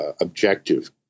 objective